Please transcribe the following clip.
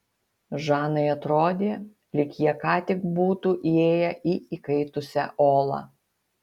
žanai atrodė lyg jie ką tik būtų įėję į įkaitusią olą